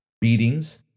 beatings